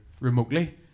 remotely